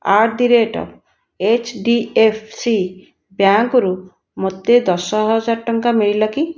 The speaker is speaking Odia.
at the rate of H D F C ବ୍ୟାଙ୍କରୁ ମୋତେ ଦଶ ହଜାର ଟଙ୍କା ମିଳିଲା କି